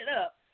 up